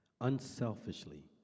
Unselfishly